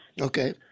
Okay